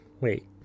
Wait